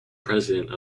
president